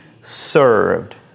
served